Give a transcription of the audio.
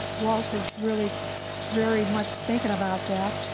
walt is really very much thinking about that,